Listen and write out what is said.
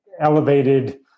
elevated